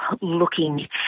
looking